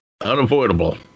Unavoidable